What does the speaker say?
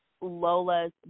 Lola's